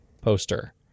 poster